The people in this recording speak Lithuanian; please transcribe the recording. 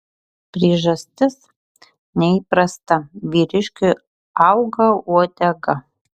priežastis neįprasta vyriškiui auga uodega